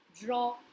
draw